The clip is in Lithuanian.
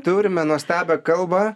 turime nuostabią kalbą